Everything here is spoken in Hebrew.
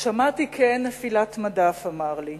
שמעתי כעין נפילת מדף, אמר לי,